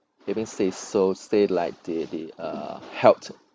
having say so say like the the uh health